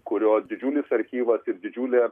kurio didžiulis archyvas ir didžiulė